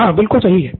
pro Bala हाँ सही है